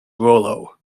rollo